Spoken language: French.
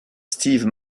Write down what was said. steve